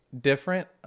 different